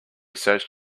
search